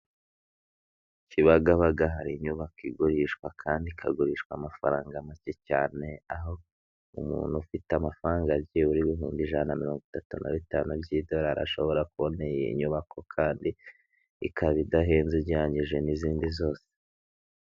Kibagabaga hari inyubako igurishwa kandi ikagurishwa amafaranga make cyane, aho umuntu ufite amafaranga byibura ibihumbi ijana na mirongo itatu na bitanu by'idorari, ashobora kubona iyi nyubako kandi ikaba idahenze ugereranyije n'izindi zose.